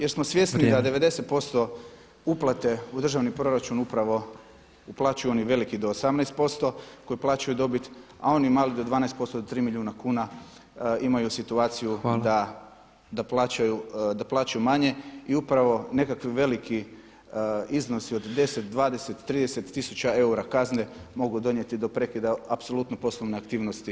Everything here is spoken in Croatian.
Jer smo svjesni da 90% uplate u državni proračun upravo uplaćuju oni veliki do 18% koji plaćaju dobit a oni mali do 12% do 3 milijuna kuna imaju situaciju da plaćaju manje [[Upadica predsjednik: Hvala.]] I upravo nekakvi veliki iznosi od 10, 20, 30 tisuća eura kazne mogu donijeti do prekida apsolutno poslovne aktivnosti.